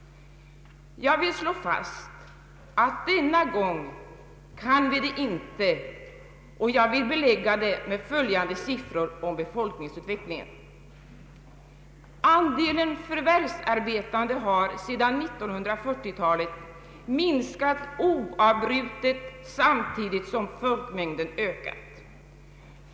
Jag vill slå fast att denna gång kan vi det inte, och jag vill belägga detta med följande siffror om befolkningsutvecklingen. Andelen förvärvsarbetande har sedan 1940-talet minskat oavbrutet, samtidigt som folkmängden ökat.